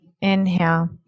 Inhale